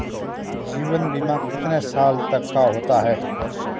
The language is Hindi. जीवन बीमा कितने साल तक का होता है?